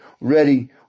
ready